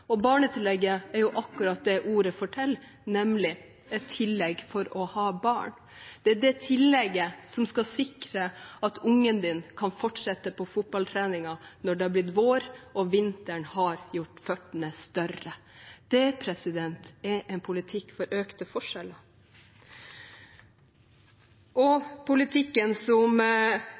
Og barnetillegget er akkurat det ordet sier, nemlig et tillegg for å ha barn – det tillegget som skal sikre at ungen din kan fortsette på fotballtreningen når det har blitt vår, og vinteren har gjort føttene større. Det er en politikk for økte forskjeller. Det er også politikken som